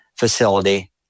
facility